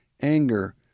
anger